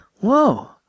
Whoa